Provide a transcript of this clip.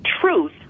truth